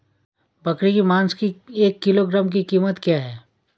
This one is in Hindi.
बकरे के मांस की एक किलोग्राम की कीमत क्या है?